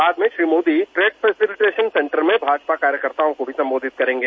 बाद में Shri Modi trade facilitation centre में भाजपा कार्यकर्ताओं को सम्बोधित करेंगे